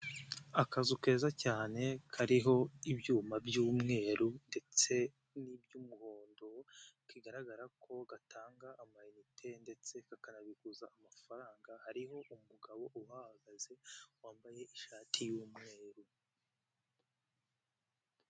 Akazu keza cyane kariho ibyuma by'umweru ndetse n'iby'umuhondo kigaragara ko gatanga ama inite ndetse kakanabikuza amafaranga hariho umugabo uhagaze wambaye ishati y'umweru.